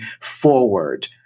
forward